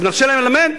אז נרשה להם ללמד?